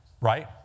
Right